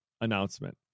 announcement